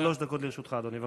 לרשותך, בבקשה.